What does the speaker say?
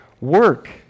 work